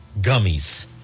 gummies